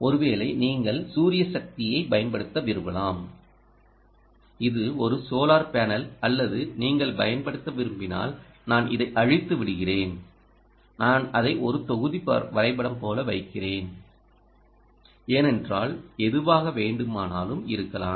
ஒருவேளை நீங்கள் சூரிய சக்தியைப் பயன்படுத்த விரும்பலாம் இது ஒரு சோலார் பேனல் அல்லது நீங்கள் பயன்படுத்த விரும்பினால் நான் இதை அழித்து விடுகிறேன் நான் அதை ஒரு தொகுதி வரைபடம் போல வைக்கிறேன் ஏனென்றால் எதுவாக வேண்டுமானாலும் இருக்கலாம்